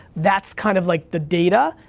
that's kind of like the data,